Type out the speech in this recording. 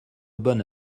bonne